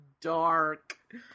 dark